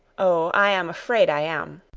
oh, i am afraid i am.